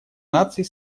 наций